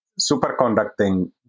superconducting